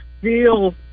feel